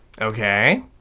Okay